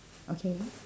okay